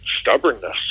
stubbornness